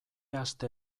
aste